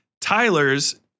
Tyler's